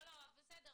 לא, טכנולוגיה.